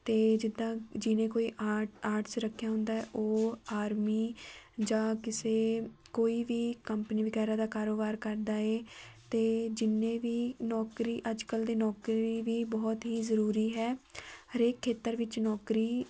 ਅਤੇ ਜਿੱਦਾਂ ਜਿਹਨੇ ਕੋਈ ਆਰਟ ਆਰਟਸ ਰੱਖਿਆ ਹੁੰਦਾ ਹੈ ਉਹ ਆਰਮੀ ਜਾਂ ਕਿਸੇ ਕੋਈ ਵੀ ਕੰਪਨੀ ਵਗੈਰਾ ਦਾ ਕਾਰੋਬਾਰ ਕਰਦਾ ਹੈ ਅਤੇ ਜਿੰਨੇ ਵੀ ਨੌਕਰੀ ਅੱਜ ਕੱਲ੍ਹ ਦੇ ਨੌਕਰੀ ਵੀ ਬਹੁਤ ਹੀ ਜ਼ਰੂਰੀ ਹੈ ਹਰੇਕ ਖੇਤਰ ਵਿੱਚ ਨੌਕਰੀ